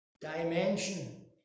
Dimension